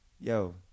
Yo